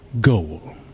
goal